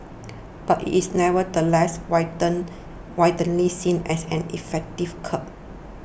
but it is nevertheless widen widely seen as an effective curb